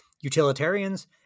utilitarians